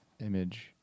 image